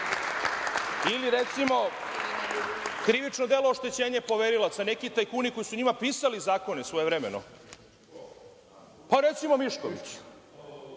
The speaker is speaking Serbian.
Ili recimo, krivično delo oštećenje poverilaca, neki tajkuni koji su njima pisali zakone svojevremeno. Pa, recimo, Mišković. Da